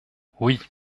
oui